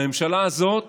בממשלה הזאת